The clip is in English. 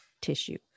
tissue